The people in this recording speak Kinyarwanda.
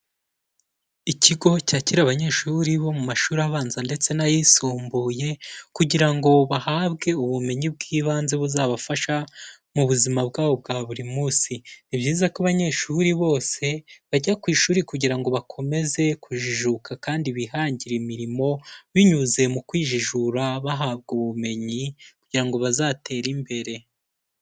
Ikigo cyakira abanyeshuri bo mu mashuri abanza ndetse n'ayisumbuye kugira ngo bahabwe ubumenyi bw'ibanze buzabafasha mu buzima bwabo bwa buri munsi. Ni byiza ko abanyeshuri bose bajya ku ishuri kugira ngo bakomeze kujijuka kandi bihangire imirimo binyuze mu kwijijura, bahabwa ubumenyi kugira ngo bazatere imbere.